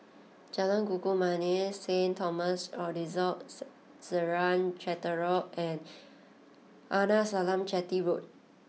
Jalan Kayu Manis Saint Thomas Orthodox Syrian Cathedral and Arnasalam Chetty Road